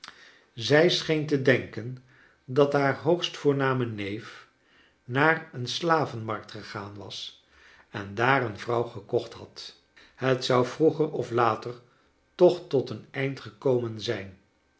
zij scheen te denken dat haar hoogst voorname neef naar een slavenmarkt gegaan was en daar een vrouw gekocht had het zou vroeger of later toch tot een eind gekomen zijn